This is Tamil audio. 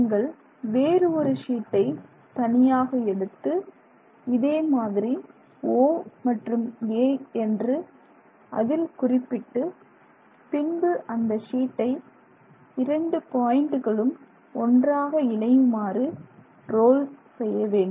நீங்கள் வேறு ஒரு ஷீட்டை தனியாக எடுத்து இதே மாதிரி O மற்றும் A என்று அதில் குறிப்பிட்டு பின்பு அந்த ஷீட்டை இரண்டு பாய்ண்டுகளும் ஒன்றாக இணையுமாறு ரோல் செய்ய வேண்டும்